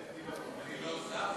אני לא שר,